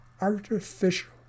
artificial